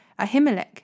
Ahimelech